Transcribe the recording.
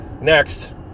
next